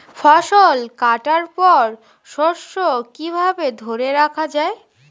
ফসল কাটার পর শস্য কিভাবে ধরে রাখা য়ায়?